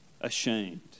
ashamed